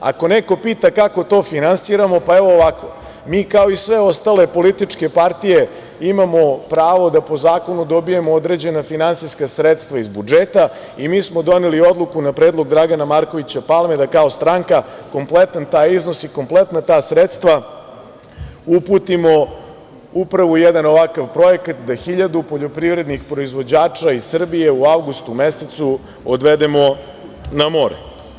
Ako neko pita kako to finansiramo, pa evo ovako, mi kao i sve ostale političke partije imamo pravo da po zakonu dobijemo određena finansijska sredstva iz budžeta i mi smo doneli odluku, na predlog Dragana Markovića Palme, da kao stranka kompletan taj iznos i kompletna ta sredstva uputimo upravo jedan ovakav projekat da 1.000 poljoprivrednih proizvođača iz Srbije u avgustu mesecu odvedemo na more.